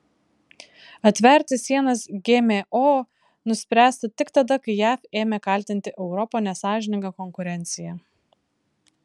atverti sienas gmo nuspręsta tik tada kai jav ėmė kaltinti europą nesąžininga konkurencija